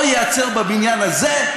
או ייעצר בבניין הזה,